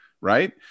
Right